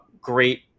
Great